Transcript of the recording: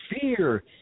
fear